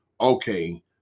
okay